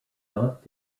not